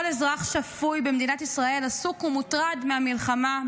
כל אזרח שפוי במדינת ישראל עסוק ומוטרד מהמלחמה,